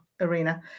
arena